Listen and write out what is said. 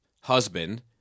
husband